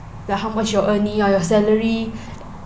like how much you're earning ya your salary